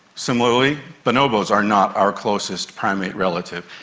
similarly, bonobos are not our closest primate relative.